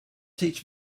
teach